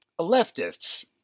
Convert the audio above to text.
leftists